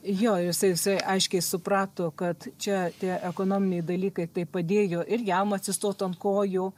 jo ir jisai visai aiškiai suprato kad čia tie ekonominiai dalykai tai padėjo ir jam atsistot ant kojų